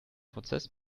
prozess